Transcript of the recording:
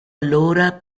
allora